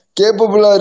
capable